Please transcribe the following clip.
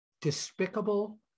despicable